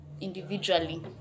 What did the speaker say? individually